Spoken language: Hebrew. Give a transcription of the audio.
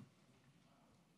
רות וסרמן לנדה,